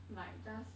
like just